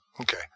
Okay